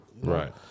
Right